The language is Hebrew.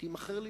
תימכר לצמיתות,